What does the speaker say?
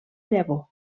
llavor